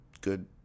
Good